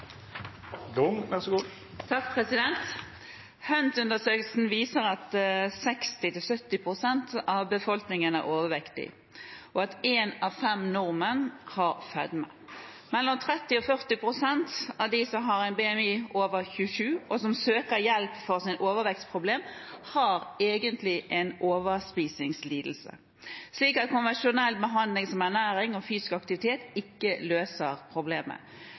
og at én av fem nordmenn har fedme. Mellom 30 og 40 pst. av de som har en BMI over 27, og som søker hjelp for sitt overvektsproblem, har egentlig en overspisingslidelse, slik at konvensjonell behandling som ernæring og fysisk aktivitet ikke løser problemet.